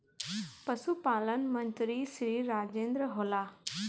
पशुपालन मंत्री श्री राजेन्द्र होला?